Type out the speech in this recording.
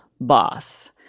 boss